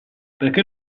perché